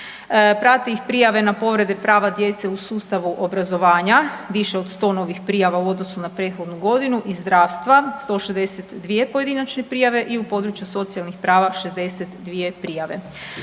Prate ih prijave na povrede prava djece u sustavu obrazovanja više od 100 novih prijava u odnosu na prethodnu godinu i zdravstva 162 pojedinačne prijave i u području socijalnih prava 62 prijave.